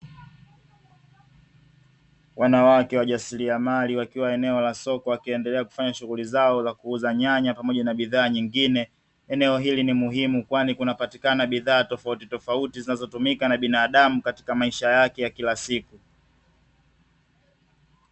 Wanawake wajasiriamali wakiwa eneo la soko wakiendelea kufanya shughuli zao za kuuza nyanya pamoja na bidhaa nyingine. Eneo hili ni muhimu kwani kunapatikana bidhaa tofautitofauti zinazotumika na binadamu katika maisha yake ya kila siku.